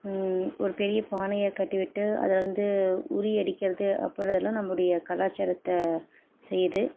ஒரு பெரிய பானையை கட்டிவிட்டு அத வந்து உறி அடிக்கிறது அப்புடின்றதுலாம் நம்முடைய கலாச்சாரத்தை செய்யுது